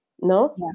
No